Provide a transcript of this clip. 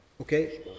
Okay